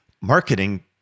marketing